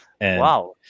wow